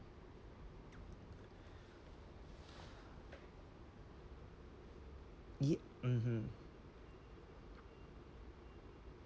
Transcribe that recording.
ye~ mmhmm